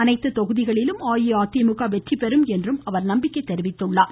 அனைத்து தொகுதிகளிலும் அஇஅதிமுக வெற்றி பெறும் என்றும் அவர் நம்பிக்கை தெரிவித்துள்ளார்